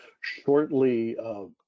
shortly